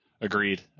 Agreed